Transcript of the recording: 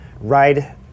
ride